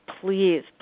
please